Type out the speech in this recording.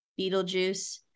Beetlejuice